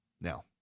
Now